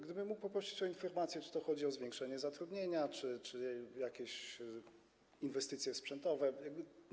Gdybym mógł poprosić o informacje, czy chodzi o zwiększenie zatrudnienia, czy jakieś inwestycje sprzętowe.